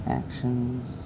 actions